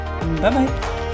Bye-bye